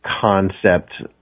concept